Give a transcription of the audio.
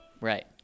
right